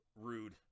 Rude